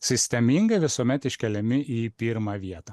sistemingai visuomet iškeliami į pirmą vietą